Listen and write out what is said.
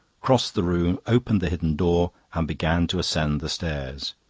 crossed the room, opened the hidden door, and began to ascend the stairs.